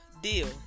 deal